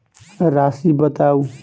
राशि बताउ